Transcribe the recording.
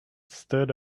stood